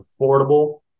affordable